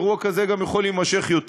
אירוע כזה גם יכול להימשך יותר.